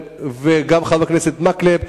וגם לחבר הכנסת מקלב,